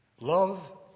Love